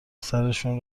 سرشون